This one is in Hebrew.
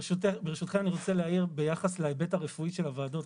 ברשותכם אני רוצה להעיר ביחס להיבט הרפואי של הוועדות.